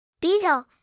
beetle